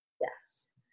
yes